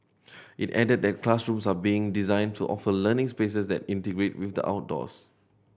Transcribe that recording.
it added that classrooms are being designed to offer learning spaces that integrate with the outdoors